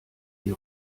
die